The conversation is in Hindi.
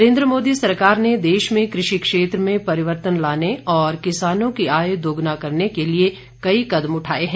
नरेंद्र मोदी सरकार ने देश में कृषि क्षेत्र में परिवर्तन लाने और किसानों की आय दोगुना करने के लिए कई कदम उठाए हैं